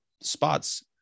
spots